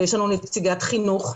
יש נציגת חינוך,